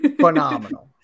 phenomenal